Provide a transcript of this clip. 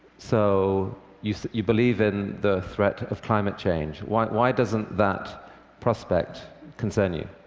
so you you believe in the threat of climate change. why why doesn't that prospect concern you?